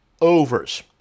overs